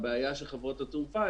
לבעיה של חברות התעופה,